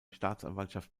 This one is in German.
staatsanwaltschaft